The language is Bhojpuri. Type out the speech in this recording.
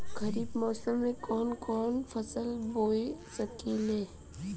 खरिफ मौसम में कवन कवन फसल बो सकि ले?